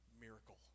miracle